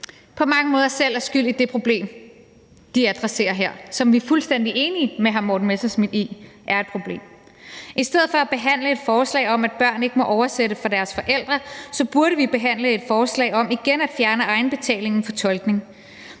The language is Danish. på mange måder selv er skyld i det problem, de adresserer her, og som vi er fuldstændig enige med hr. Morten Messerschmidt i er et problem. I stedet for at behandle et forslag om, at børn ikke må oversætte for deres forældre, burde vi behandle et forslag om igen at fjerne egenbetalingen på tolkning.